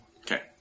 Okay